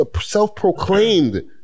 self-proclaimed